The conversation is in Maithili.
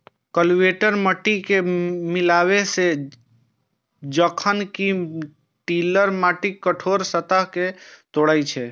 कल्टीवेटर माटि कें मिलाबै छै, जखन कि टिलर माटिक कठोर सतह कें तोड़ै छै